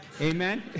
Amen